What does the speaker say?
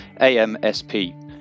AMSP